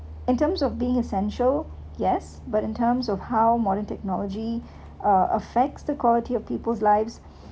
in terms of being essential yes but in terms of how modern technology uh affects the quality of people's lives